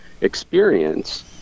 experience